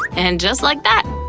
and just like that,